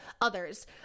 others